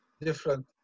different